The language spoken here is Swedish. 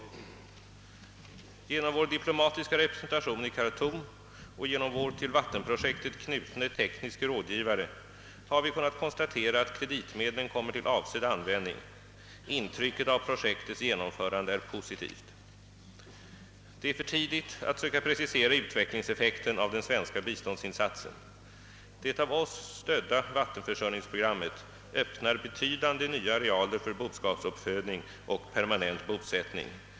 Genom vår diplomatiska representation i Khartoum och genom vår till vattenprojektet knuine tekniske rådgivare har vi kunnat konstatera att kreditmedlen kommer till avsedd användning. Intrycket av projektets genomförande är positivt. Det är för tidigt att söka precisera utvecklingseffekten av den svenska biståndsinsatsen. Det av oss stödda vattenförsörjningsprogrammet öppnar betydande nya arealer för boskapsuppfödning och permanent bosättning.